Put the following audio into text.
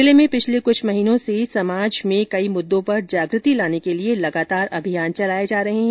जिले में पिछले कुछ महीनों से समाज में कई मुद्दों पर जागृति लाने के लिए लगातार अभियान चलाए जा रहे हैं